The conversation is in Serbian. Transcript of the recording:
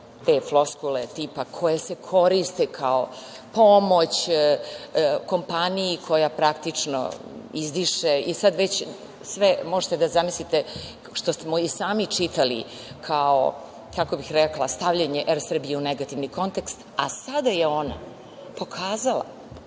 te floskule, tipa koje se koriste kao pomoć kompaniji koja praktično izdiše i sada već sve možete da zamislite što smo i sami čitali, kako bih rekla stavljanje „Er Srbije“ u negativni kontekst. Sada je ona pokazala